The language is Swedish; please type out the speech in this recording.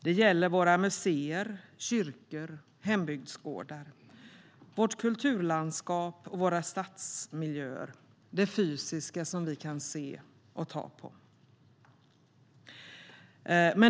Det gäller våra museer, kyrkor och hembygdsgårdar, vårt kulturlandskap och våra stadsmiljöer, det fysiska som vi kan se och ta på.